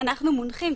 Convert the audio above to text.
אנחנו מונחים,